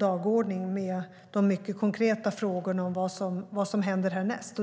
dagordning med de mycket konkreta frågorna om vad som händer härnäst.